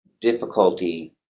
difficulty